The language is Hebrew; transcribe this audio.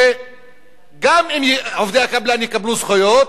שגם אם עובדי הקבלן יקבלו זכויות,